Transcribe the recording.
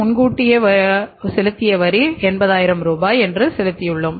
முன்கூட்டியே வரி 80000 ரூபாய் என்று செலுத்தியுள்ளோம்